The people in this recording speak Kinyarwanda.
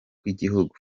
bw’igihugu